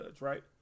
right